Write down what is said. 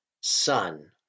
Son